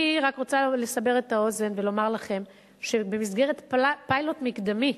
אני רק רוצה לסבר את האוזן ולומר לכם שבמסגרת פיילוט מקדמי,